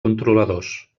controladors